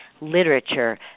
literature